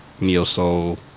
neo-soul